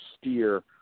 steer